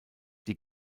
die